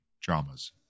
dramas